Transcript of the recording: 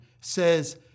says